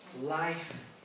life